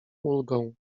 ulgą